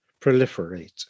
proliferate